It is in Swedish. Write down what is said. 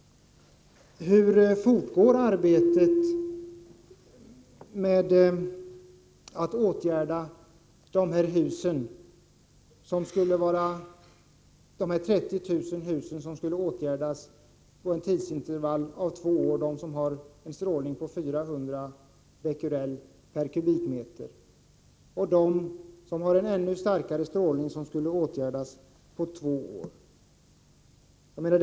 Hur fortgår arbetet med de 30 000 hus som skulle åtgärdas inom fem år, dvs. de som hade en strålning på 400 Bq/m?, och med de hus som skulle åtgärdas inom två år och som hade en ännu starkare strålning?